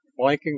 blanking